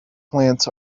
plants